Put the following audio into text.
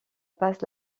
passe